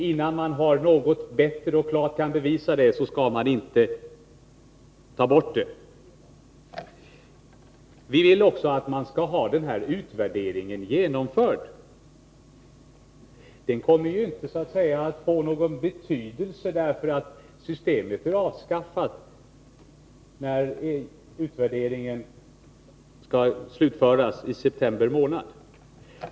Innan man har något bättre system att komma med, skall man inte ta bort det gamla systemet. Vi vill också att utvärderingen skall genomföras. Den kommer inte att få någon betydelse, eftersom systemet är avskaffat när utvärderingen skall slutföras i september månad.